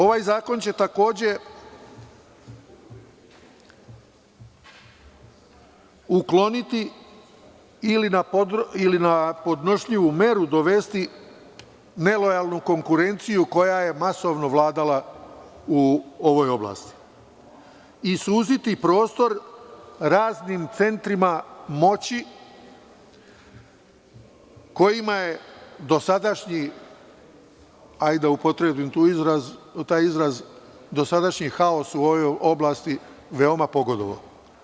Ova zakon će takođe ukloniti, ili na podnošljivu meru dovesti, nelojalnu konkurenciju koja je masovno vladala u ovoj oblasti i suziti prostor raznim centrima moći kojima je dosadašnji, hajde da upotrebim izraz, dosadašnji haos u ovoj oblasti veoma pogodovao.